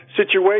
situation